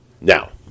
Now